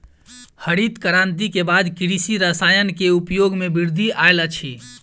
हरित क्रांति के बाद कृषि रसायन के उपयोग मे वृद्धि आयल अछि